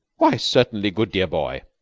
why, certainly, good, dear boy.